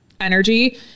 energy